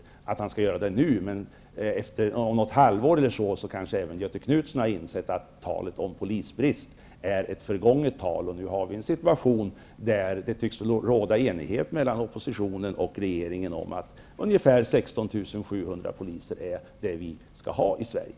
Det behöver han inte göra nu, men efter ett halvår kanske även Göthe Knutson har insett att talet om polisbrist tillhör det förgångna. Nu råder det en situation där det tycks råda enighet mellan oppositionen och regeringen om att 16 700 är det antal poliser som vi skall ha i